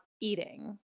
eating